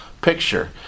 picture